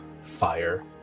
fire